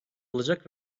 olacak